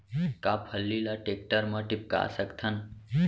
का फल्ली ल टेकटर म टिपका सकथन?